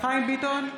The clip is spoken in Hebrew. חיים ביטון,